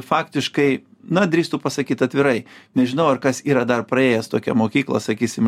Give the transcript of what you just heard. faktiškai na drįstu pasakyt atvirai nežinau ar kas yra dar praėjęs tokią mokyklą sakysim